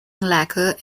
lacquer